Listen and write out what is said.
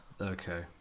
Okay